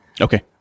okay